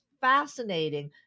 fascinating